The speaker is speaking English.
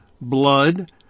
blood